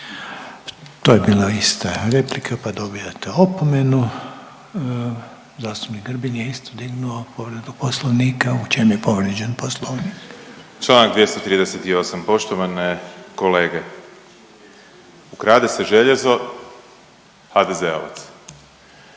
To je bila isto replika pa dobijate opomenu. Zastupnik Grbin je isto dignuo povredu Poslovnika. U čem je povrijeđen Poslovnik? **Grbin, Peđa (SDP)** Članak 238., poštovane kolege, ukrade se željezo HDZ-ovac,